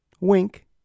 wink